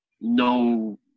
no